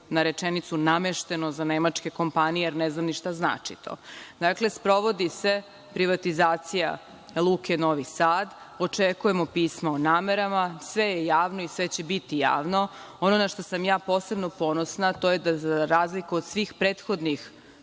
na rečenicu – namešteno za nemačke kompanije, jer ne znam ni šta znači to. Dakle, sprovodi se privatizacije Luke Novi Sad. Očekujemo pismo o namerama, sve je javno i sve će biti javno. Ono na šta sam ja posebno ponosna, to je da, za razliku od svih prethodnih